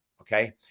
okay